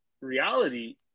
reality